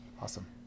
Awesome